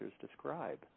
describe